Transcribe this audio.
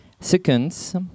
seconds